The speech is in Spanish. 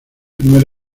primer